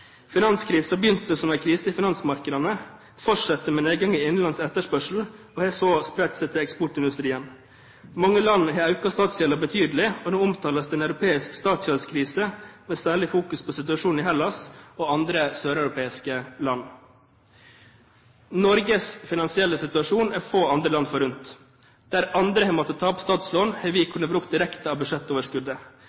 begynte som en krise i finansmarkedene, fortsatte med nedgang i innenlands etterspørsel, og har så spredt seg til eksportindustrien. Mange land har økt statsgjelden betydelig, og nå omtales en europeisk statsgjeldskrise med særlig fokus på situasjonen i Hellas og andre søreuropeiske land. Norges finansielle situasjon er få andre land forunt. Der andre har måttet ta opp statslån, har vi